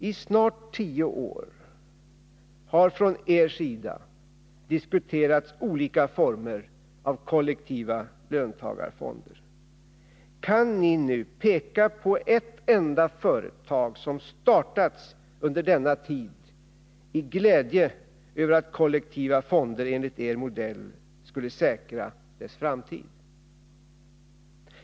I snart tio år har på ert håll diskuterats olika former av kollektiva löntagarfonder. Kan ni nu peka på ett enda företag som startats under denna tid i glädje över att kollektiva fonder enligt er modell skulle säkra dess framtid?